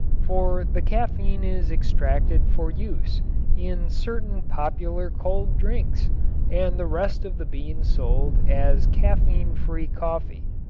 for the caffein is extracted for use in certain popular cold drinks and the rest of the bean sold as caffein-free coffee.